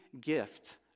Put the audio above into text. gift